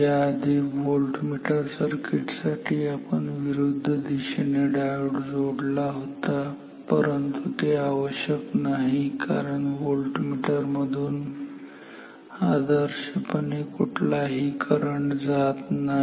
याआधी voltmeter circuit साठी आपण विरुद्ध दिशेने डायोड जोडला होता पण ते आवश्यक नाही कारण व्होल्टमीटर मधून आदर्शपणे कुठलाही करंट जात नाही